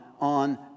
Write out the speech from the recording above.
on